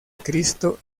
cristo